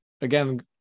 again